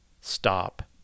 Stop